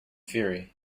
fury